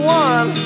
one